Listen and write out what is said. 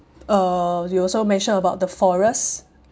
uh you also mention about the forests